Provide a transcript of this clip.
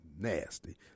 nasty